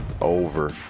Over